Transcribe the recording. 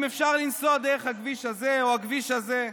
ואם אפשר לנסוע דרך הכביש הזה או הכביש הזה.